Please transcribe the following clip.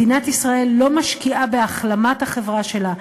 מדינת ישראל לא משקיעה בהחלמת החברה שלה,